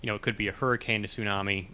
you know it could be a hurricane a tsunami,